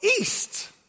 east